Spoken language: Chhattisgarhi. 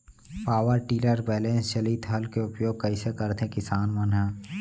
पावर टिलर बैलेंस चालित हल के उपयोग कइसे करथें किसान मन ह?